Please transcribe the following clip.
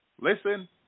Listen